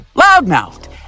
loud-mouthed